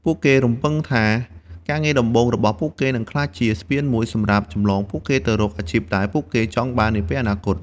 ពួកគេរំពឹងថាការងារដំបូងរបស់ពួកគេនឹងក្លាយជា ស្ពានមួយសម្រាប់ចម្លងពួកគេទៅរកអាជីពដែលពួកគេចង់បាននាពេលអនាគត។